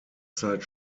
zeit